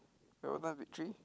Melbourne-Victory